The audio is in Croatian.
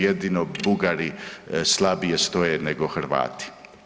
Jedino Bugari slabije stoje nego Hrvati.